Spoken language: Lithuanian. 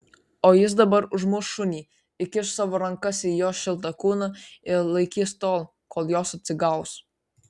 o jis dabar užmuš šunį įkiš savo rankas į jo šiltą kūną ir laikys tol kol jos atsigaus